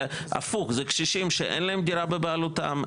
זה הפוך זה קשישים שאין להם דירה בבעלותם,